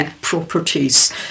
properties